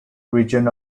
region